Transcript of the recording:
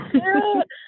cute